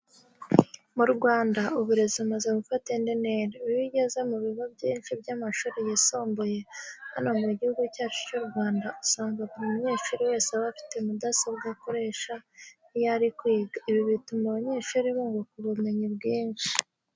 Mu Rwanda uburezi bumaze gufata indi ntera. Iyo ugeze mu bigo byinshi by'amashuri yisumbuye hano mu Gihugu cyacu cy'u Rwanda, usanga buri munyeshuri wese aba afite mudasobwa akoresha iyo ari kwiga. Ibi bituma abanyeshuri bunguka ubumenyi bwinshi.